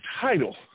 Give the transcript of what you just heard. title